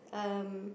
um